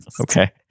Okay